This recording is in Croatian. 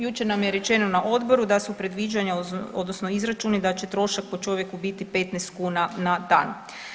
Jučer nam je rečeno na odboru da su predviđanja odnosno izračuni da će trošak po čovjeku biti 15 kuna na dan.